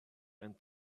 and